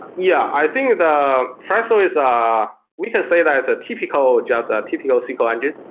yeah, i think that presto is, um ah we can say that it's a typical just a typical sql engine,